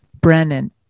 Brennan